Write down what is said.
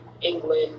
England